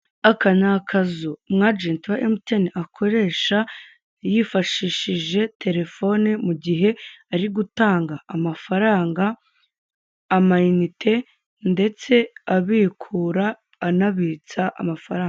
Aka ni akazu umu agenti wa emutiyeni akoresha yifashishije telefone mugihe ari gutanga amafaranga ama inite ndetse abikura anabitsa amafaranga.